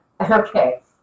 Okay